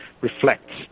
reflects